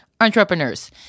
entrepreneurs